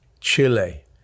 Chile